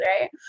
right